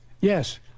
Yes